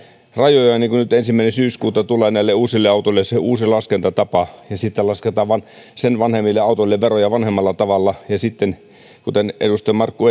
rajoja niin kuin nyt ensimmäinen syyskuuta tulee näille uusille autoille se uusi laskentatapa ja sitten lasketaan sitä vanhemmille autoille veroja vanhemmalla tavalla niin sitten kuten edustaja markku